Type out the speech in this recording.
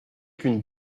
qu’une